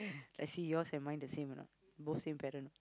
let's see yours and mine the same or not both same parent